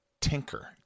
tinker